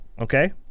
okay